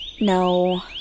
No